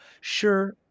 Sure